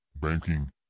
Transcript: banking